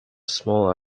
small